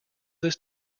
this